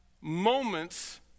moments